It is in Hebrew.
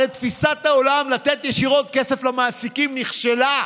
הרי תפיסת העולם לתת ישירות כסף למעסיקים נכשלה,